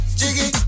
jiggy